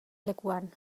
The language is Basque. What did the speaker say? lekuan